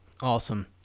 Awesome